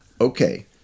Okay